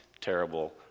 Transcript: terrible